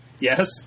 Yes